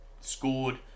scored